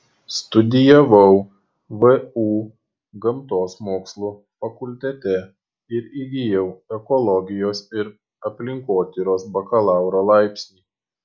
studijavau vu gamtos mokslų fakultete ir įgijau ekologijos ir aplinkotyros bakalauro laipsnį